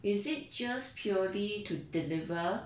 is it just purely to deliver